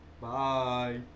Bye